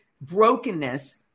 brokenness